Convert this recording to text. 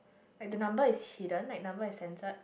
like the number is hidden like number is censored